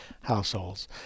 households